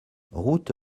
route